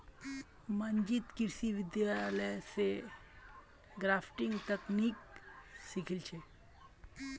मंजीत कृषि विश्वविद्यालय स ग्राफ्टिंग तकनीकक सीखिल छ